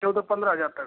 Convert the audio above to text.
चौदह पंद्रह हजार तक